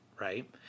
right